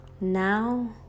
now